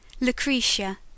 Lucretia